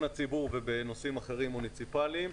הציבור ובנושאים אחרים מוניציפאליים.